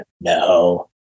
No